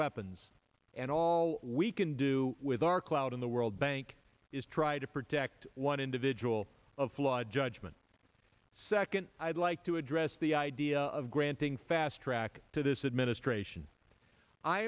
weapons and all we can do with our clout in the world bank is try to protect one individual of flawed judgment second i'd like to address the idea of granting fast track to this administration i